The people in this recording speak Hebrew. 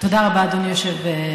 תודה רבה, אדוני היושב-ראש.